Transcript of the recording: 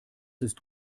ist